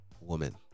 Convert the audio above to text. woman